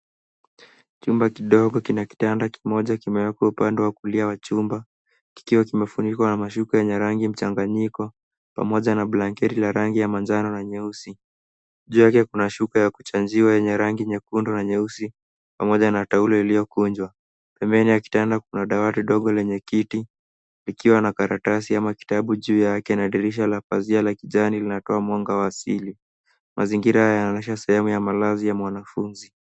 Chumba kidogo kina kitanda kimoja kimewekwa upande wa kulia wa chumba kikiwa kimefunikwa na mashuka yenye rangi mchanganyiko pamoja na blanketi la rangi ya manjano na nyeusi ,juu yake kuna shuka ya kuchanjiwa yenye rangi nyekundu na nyeusi pamoja na taulo iliyokunjwa ,pembeni akitaka kuna dawati ndogo lenye kiti ikiwa na karatasi ama kitabu juu yake na dirisha la pazia la kijani linatoa mwanga wa asili, mazingira yanaonyesha sehemu ya malazi ya mwanafunzi.